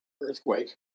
earthquake